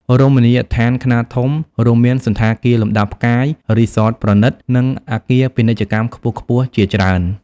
រមណីយដ្ឋានខ្នាតធំ រួមមានសណ្ឋាគារលំដាប់ផ្កាយ រីសតប្រណីត និងអគារពាណិជ្ជកម្មខ្ពស់ៗជាច្រើន។